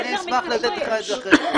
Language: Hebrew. אני אשמח לתת לך את זה אחרי זה.